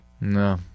No